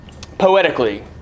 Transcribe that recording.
poetically